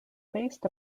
based